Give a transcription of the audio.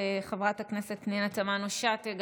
חברת הכנסת פנינה תמנו שטה,